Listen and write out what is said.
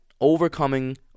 overcoming